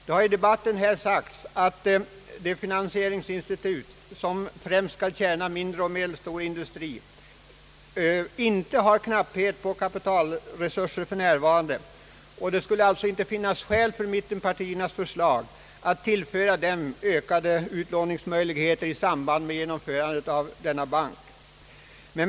Det har sagts i debatten att de finansieringsinstitut som främst skall tjäna mindre och medelstor industri inte har knapphet på utlåningsresurser för närvarande, och det skulle alltså inte finnas skäl för mittenpartiernas förslag att tillföra dem ökade utlåningsmöjligheter i samband med inrättandet av den nya banken.